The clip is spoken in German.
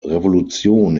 revolution